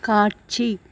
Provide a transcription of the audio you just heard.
காட்சி